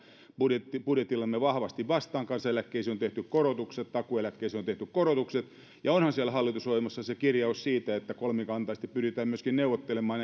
budjetillamme vahvasti vastaan kansaneläkkeisiin on tehty korotukset takuueläkkeisiin on tehty korotukset ja onhan siellä hallitusohjelmassa se kirjaus siitä että kolmikantaisesti pyritään myöskin neuvottelemaan